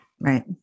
Right